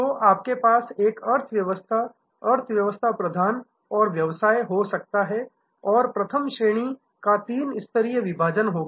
तो आपके पास एक अर्थव्यवस्था अर्थव्यवस्था प्रधान और व्यवसाय हो सकता है और प्रथम श्रेणी का तीन स्तरीय विभाजन होगा